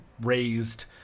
raised